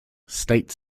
state